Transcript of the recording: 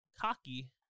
cocky